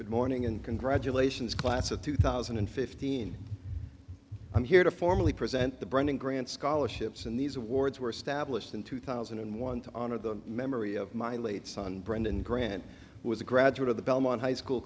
good morning and congratulations class of two thousand and fifteen i'm here to formally present the browning grants scholarships and these awards were established in two thousand and one to honor the memory of my late son brandon grant was a graduate of the belmont high school